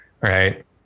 Right